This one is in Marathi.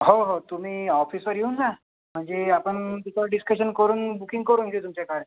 हो हो तुम्ही ऑफिसवर येऊन जा म्हणजे आपण त्याच्यावर डिस्कशन करून बुकिंग करून घेऊ तुमच्या कारची